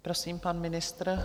Prosím, pan ministr.